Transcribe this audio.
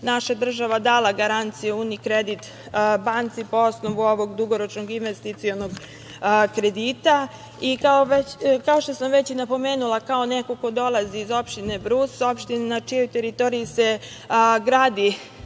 Naša država je dala garanciju „Unikredit banci“ po osnovu ovog dugoročnog investicionog kredita. Kao što sam već napomenula, kao neko ko dolazi iz opštine Brus, opština na čijoj teritoriji se gradi